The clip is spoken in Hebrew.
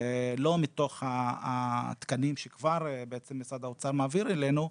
לא מתוך התקנים שכבר משרד האוצר מעביר אלינו,